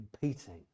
competing